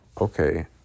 okay